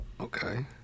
Okay